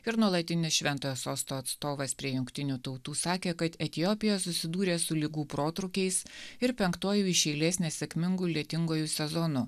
ir nuolatinis šventojo sosto atstovas prie jungtinių tautų sakė kad etiopija susidūrė su ligų protrūkiais ir penktuoju iš eilės nesėkmingu lietinguoju sezonu